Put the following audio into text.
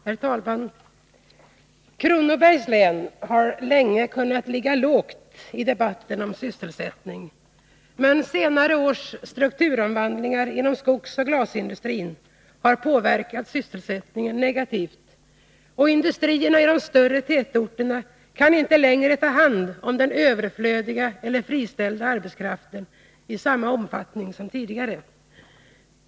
Herr talman! Kronobergs län har länge kunnat ligga lågt i debatterna om sysselsättning, men senare års strukturomvandlingar inom skogsoch glasindustrin har påverkat sysselsättningen negativt, och industrierna i de större tätorterna kan inte längre ta hand om den överflödiga eller friställda arbetskraften i samma omfattning som tidigare.